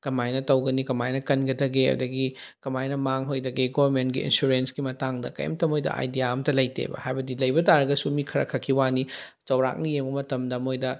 ꯀꯃꯥꯏꯅ ꯇꯧꯒꯅꯤ ꯀꯃꯥꯏꯅ ꯀꯟꯒꯗꯒꯦ ꯑꯗꯒꯤ ꯀꯃꯥꯏꯅ ꯃꯥꯡꯉꯣꯏꯗꯒꯦ ꯒꯣꯔꯃꯦꯟꯒꯤ ꯏꯟꯁꯨꯔꯦꯟꯁꯀꯤ ꯃꯇꯥꯡꯗ ꯀꯔꯤꯝꯇ ꯃꯣꯏꯗ ꯑꯥꯏꯗꯤꯌꯥ ꯑꯝꯇ ꯂꯩꯇꯦꯕ ꯍꯥꯏꯕꯗꯤ ꯂꯩꯕ ꯇꯥꯔꯒꯁꯨ ꯃꯤ ꯈꯔ ꯈꯛꯀꯤ ꯋꯥꯅꯤ ꯆꯥꯎꯔꯥꯛꯅ ꯌꯦꯡꯕ ꯃꯇꯝꯗ ꯃꯣꯏꯗ